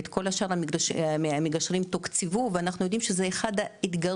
את כל השאר המגשרים תוקצבו ואנחנו יודעים שזה אחד האתגרים,